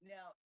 Now